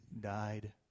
died